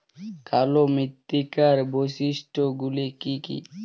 কালো মৃত্তিকার বৈশিষ্ট্য গুলি কি কি?